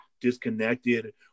disconnected